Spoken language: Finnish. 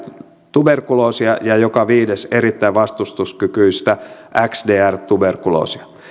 tuberkuloosia ja joka viides erittäin vastustuskykyistä xdr tuberkuloosia